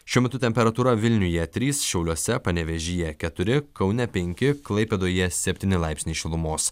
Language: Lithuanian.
šiuo metu temperatūra vilniuje trys šiauliuose panevėžyje keturi kaune penki klaipėdoje septyni laipsniai šilumos